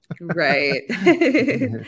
Right